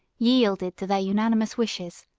yielded to their unanimous wishes,